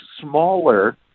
smaller